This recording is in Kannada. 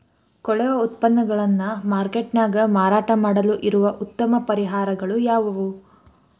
ಕೊಳೆವ ಉತ್ಪನ್ನಗಳನ್ನ ಮಾರ್ಕೇಟ್ ನ್ಯಾಗ ಮಾರಾಟ ಮಾಡಲು ಇರುವ ಉತ್ತಮ ಪರಿಹಾರಗಳು ಯಾವವು?